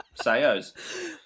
sayos